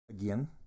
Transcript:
again